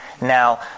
Now